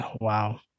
Wow